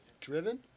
driven